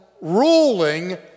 ruling